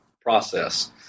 process